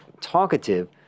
talkative